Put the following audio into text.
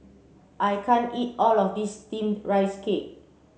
I can't eat all of this steamed rice cake